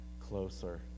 closer